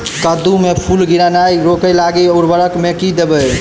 कद्दू मे फूल गिरनाय रोकय लागि उर्वरक मे की देबै?